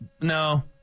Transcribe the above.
No